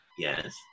Yes